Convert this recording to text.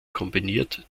kombiniert